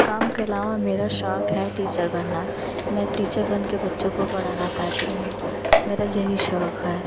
काम के अलावा मेरा शौक़ है टीचर बनना मैं टीचर बन कर बच्चों को पढ़ाना चाहती हूँ मेरा यही शौक़ है